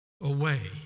Away